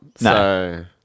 No